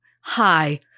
Hi